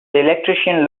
electrician